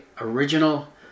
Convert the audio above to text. original